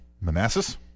Manassas